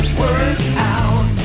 workout